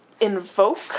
invoke